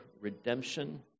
redemption